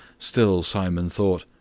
still simon thought,